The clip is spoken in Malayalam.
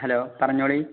ഹലോ പറഞ്ഞോളൂ